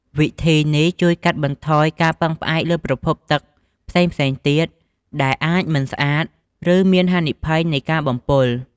វិធីនេះជួយកាត់បន្ថយការពឹងផ្អែកលើប្រភពទឹកផ្សេងៗទៀត ដែលអាចមិនស្អាត ឬមានហានិភ័យនៃការបំពុល។